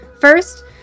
First